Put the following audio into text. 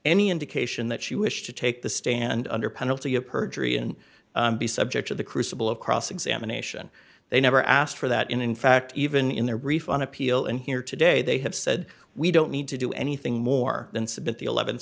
any indication that she wished to take the stand under penalty of perjury and be subject to the crucible of cross examination they never asked for that in in fact even in their brief on appeal and here today they have said we don't need to do anything more than submit the eleven